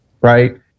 right